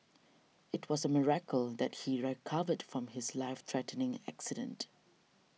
it was a miracle that he recovered from his life threatening accident